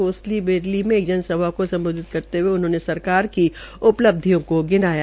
कोसली बरेली में एक जनसभा को सम्बोधित करते हये उन्होंने सरकार की उपलिब्धयों को गिनाया